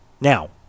Now